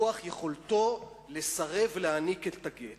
מכוח יכולתו לסרב להעניק את הגט.